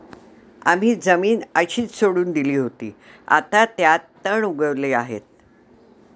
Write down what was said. आम्ही जमीन अशीच सोडून दिली होती, आता त्यात तण उगवले आहे